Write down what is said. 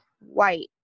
white